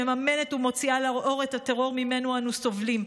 מממנת ומוציאה לאור את הטרור שממנו אנו סובלים.